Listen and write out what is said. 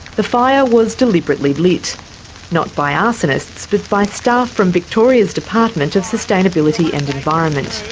the fire was deliberately lit not by arsonists but by staff from victoria's department of sustainability and environment.